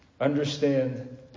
understand